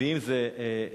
ואם זה האקדמיה,